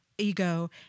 Ego